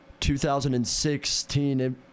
2016